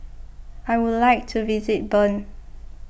I would like to visit Bern